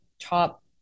top